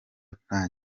nta